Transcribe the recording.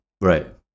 right